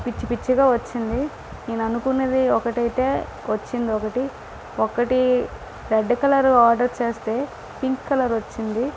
పిచ్చిపిచ్చిగా వచ్చింది నేను అనుకున్నవి ఒకటైతే వచ్చిందొఒకటి ఒకటి రెడ్ కలర్ ఆర్డర్ చేస్తే పింక్ కలర్ వచ్చింది